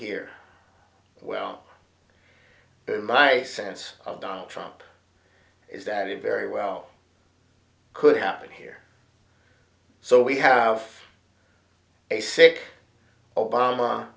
here well my sense of donald trump is that it very well could happen here so we have a sick o